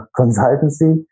consultancy